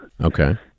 Okay